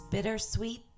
Bittersweet